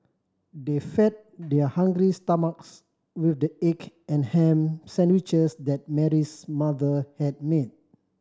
they fed their hungry stomachs with the egg and ham sandwiches that Mary's mother had made